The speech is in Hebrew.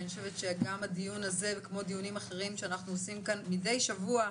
אני חושבת שגם הדיון הזה כמו דיונים אחרים שאנחנו עושים כאן מדי שבוע,